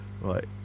Right